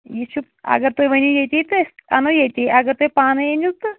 یہِ چھُ اگر تُہۍ ؤنِو ییٚتی تہٕ أسۍ اَنو ییٚتی اگر تُہۍ پانَے أنِو تہٕ